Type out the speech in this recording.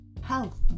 health